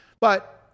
But-